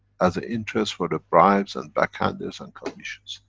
as an interest, for the bribes, and back-handers and commissions.